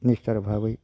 निस्थार भाबै